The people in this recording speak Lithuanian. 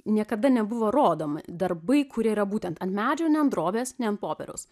niekada nebuvo rodomi darbai kurie yra būtent ant medžių ne ant drobės ne ant popieriaus